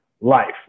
life